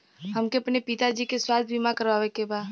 हमके अपने पिता जी के स्वास्थ्य बीमा करवावे के बा?